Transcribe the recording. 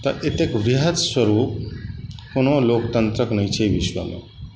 तऽ एतेक वृहद्स्वरूप कोनो लोकतन्त्रके नहि छै विश्वमे